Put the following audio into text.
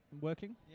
working